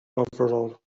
overall